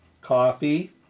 Coffee